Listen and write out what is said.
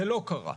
זה לא קרה.